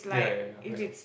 yeah yeah yeah I know